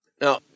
Now